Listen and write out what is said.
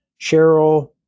Cheryl